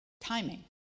timing